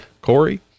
Corey